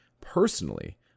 Personally